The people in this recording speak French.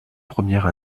première